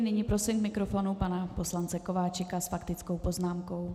Nyní prosím k mikrofonu pana poslance Kováčika s faktickou poznámkou.